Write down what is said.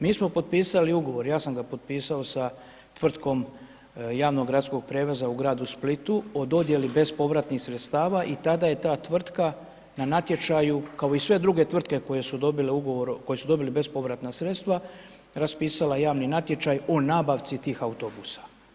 Mi smo potpisali ugovor, ja sam ga potpisao sa tvrtkom javnog gradskog prijevoza u gradu Splitu o dodjeli bespovratnih sredstava i tada je ta tvrtka na natječaju, kao i sve druge tvrtke koje su dobile ugovor, koje su dobile bespovratna sredstava raspisala javni natječaj o nabavci tih autobusa.